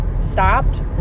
stopped